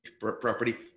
property